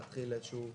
שתתחיל איזו ירידה,